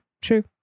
true